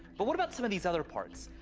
but what about some of these other parts?